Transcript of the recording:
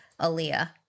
Aaliyah